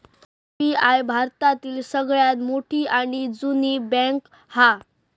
SBI भारतातली सगळ्यात मोठी आणि जुनी बॅन्क हा